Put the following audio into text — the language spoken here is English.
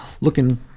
looking